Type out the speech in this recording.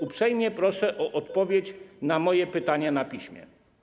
Uprzejmie proszę o odpowiedź na moje pytania na piśmie.